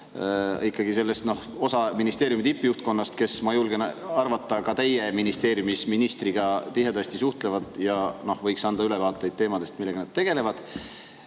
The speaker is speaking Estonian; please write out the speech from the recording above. ikkagi osa ministeeriumi tippjuhtkonnast, kes, ma julgen arvata, ka teie ministeeriumis ministriga tihedasti suhtlevad ja võiks anda ülevaateid teemadest, millega nad tegelevad.